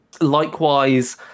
likewise